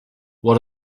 what